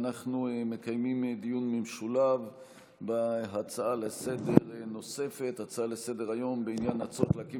אנחנו מקיימים דיון במשולב בהצעה נוספת לסדר-היום בדבר הצורך להקים